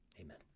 Amen